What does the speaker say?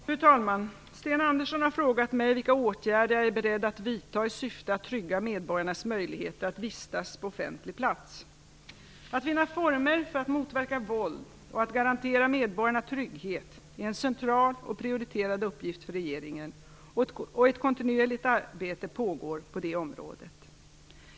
Fru talman! Sten Andersson har frågat mig vilka åtgärder jag är beredd att vidta i syfte att trygga medborgarnas möjlighet att vistas på offentlig plats. Att finna former för att motverka våld och att garantera medborgarnas trygghet är en central och prioriterad uppgift för regeringen, och ett kontinuerligt arbete pågår på det området.